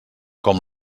com